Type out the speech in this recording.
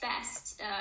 best